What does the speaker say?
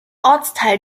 ortsteil